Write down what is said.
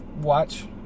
watch